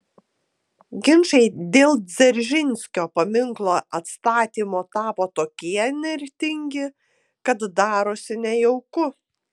ginčai dėl dzeržinskio paminklo atstatymo tapo tokie įnirtingi kad darosi nejauku